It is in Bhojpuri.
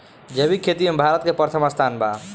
जैविक खेती में भारत के प्रथम स्थान बा